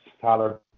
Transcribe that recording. Tyler